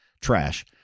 Trash